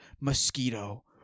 mosquito